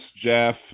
Jeff